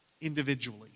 individually